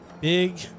big